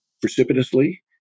precipitously